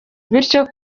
bityo